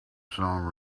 song